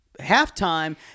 halftime